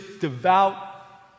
devout